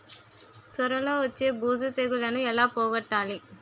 సొర లో వచ్చే బూజు తెగులని ఏల పోగొట్టాలి?